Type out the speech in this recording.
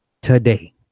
today